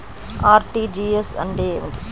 RTGS అంటే ఏమిటి?